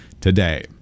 today